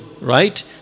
right